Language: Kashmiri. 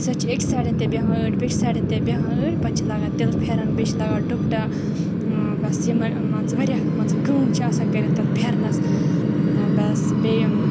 سُہ چھِ أکۍ سایڈَن تہِ بیٚہوان أڑۍ بیٚیہِ کہِ سایڈَن تہِ بیٚہوان أڑۍ پَتہٕ چھِ لاگان تِلہٕ پھٮ۪رَن بیٚیہِ چھِ لاگان ڈُپٹہٕ بَس یِمَے مان ژٕ واریاہ مان ژٕ کٲم چھِ آسان کٔرِتھ تَتھ پھٮ۪رنَس بَس بیٚیہِ